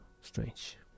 strange